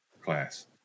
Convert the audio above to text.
class